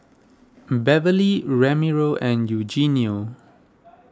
Beverly Ramiro and Eugenio